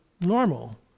normal